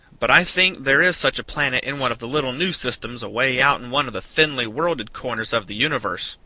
but i think there is such a planet in one of the little new systems away out in one of the thinly worlded corners of the universe.